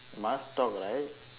must talk right